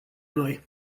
noi